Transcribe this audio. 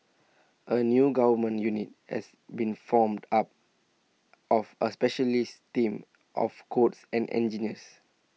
A new government unit has been formed up of A specialist team of codes and engineers